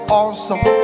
awesome